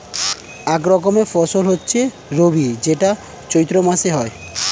এক রকমের ফসল হচ্ছে রবি যেটা চৈত্র মাসে হয়